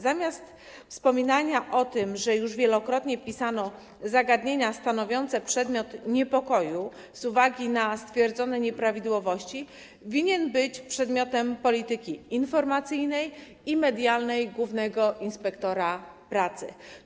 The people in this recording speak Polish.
Zamiast wspominania o tym, że już wielokrotnie pisano o zagadnieniach stanowiących przedmiot niepokoju z uwagi na stwierdzone nieprawidłowości, winny być one przedmiotem polityki informacyjnej i medialnej głównego inspektora pracy.